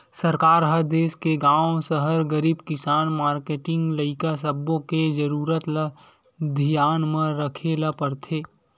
सरकार ह देस के गाँव, सहर, गरीब, किसान, मारकेटिंग, लइका सब्बो के जरूरत ल धियान म राखे ल परथे